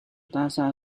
大厦